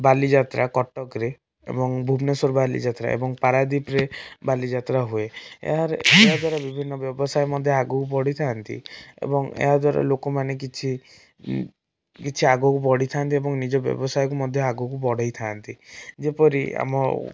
ବାଲିଯାତ୍ରା କଟକରେ ଏବଂ ଭୁବନେଶ୍ୱର ବାଲିଯାତ୍ରା ଏବଂ ପାରାଦ୍ୱୀପରେ ବାଲିଯାତ୍ରା ହୁଏ ଏହାର ଏହାଦ୍ୱାରା ବିଭିନ୍ନ ବ୍ୟବସାୟ ମଧ୍ୟ ଆଗକୁ ବଢ଼ିଥାନ୍ତି ଏବଂ ଏହାଦ୍ୱାରା ଲୋକମାନେ କିଛି କିଛି ଆଗକୁ ବଢ଼ିଥାନ୍ତି ଏବଂ ନିଜ ବ୍ୟବସାୟକୁ ମଧ୍ୟ ଆଗକୁ ବଢ଼େଇଥାନ୍ତି ଯେପରି ଆମ